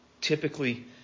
typically